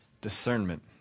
discernment